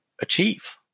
achieve